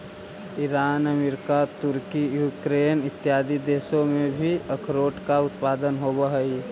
Iran America Turkey Ukraine इत्यादि देशों में भी अखरोट का उत्पादन होवअ हई